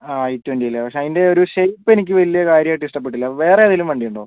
ആ I twenty അല്ലേ പക്ഷേ അതിന്റെ ഒരു ഷേപ്പ് എനിക്ക് വലിയ കാര്യമായിട്ട് ഇഷ്ടപ്പെട്ടില്ല വേറെ ഏതെങ്കിലും വണ്ടി ഉണ്ടോ